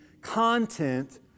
content